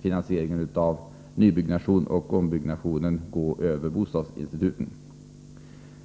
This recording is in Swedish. finansieringen av nybyggnation och ombyggnationer gå över bostadsinstituten.